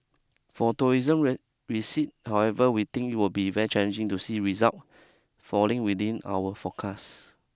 for tourism receipt however we think it would be very challenging to see result falling within our forecast